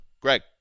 Greg